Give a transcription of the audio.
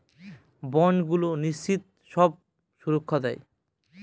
বন্ডগুলো নিশ্চিত সব সুরক্ষা দেয়